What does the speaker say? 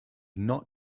not